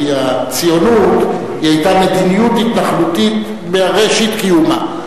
כי הציונות היתה מדיניות התנחלותית מראשית קיומה.